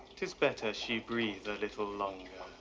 tis better she breathe a little longer.